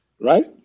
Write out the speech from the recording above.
Right